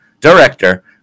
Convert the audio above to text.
director